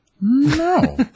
No